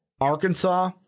Arkansas